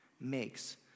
makes